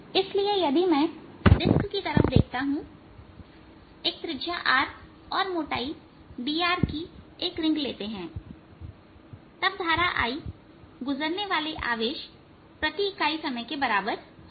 इसलिए यदि मैं इस डिस्क की तरफ देखता हूं एक त्रिज्या r और मोटाई dr की एक रिंग लेते हैंतब धारा I गुजरने वाला आवेश प्रति इकाई समय के बराबर होगी